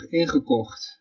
ingekocht